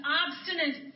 obstinate